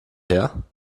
her